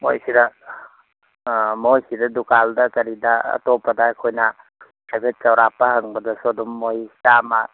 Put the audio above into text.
ꯍꯣꯏ ꯁꯤꯗ ꯑꯥ ꯃꯣꯏ ꯁꯤꯗ ꯗꯨꯀꯥꯟꯗ ꯀꯔꯤꯗ ꯑꯇꯣꯞꯄꯗ ꯑꯩꯈꯣꯏꯅ ꯍꯥꯏꯐꯦꯠ ꯆꯧꯔꯥꯛꯄ ꯍꯪꯕꯗꯁꯨ ꯑꯗꯨꯝ ꯃꯣꯏ ꯆꯥꯝꯃ